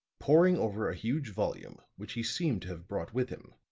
poring over a huge volume which he seemed to have brought with him.